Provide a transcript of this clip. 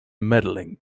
medaling